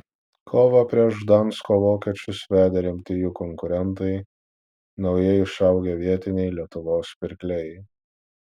kovą prieš gdansko vokiečius vedė rimti jų konkurentai naujai išaugę vietiniai lietuvos pirkliai